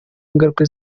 ingaruka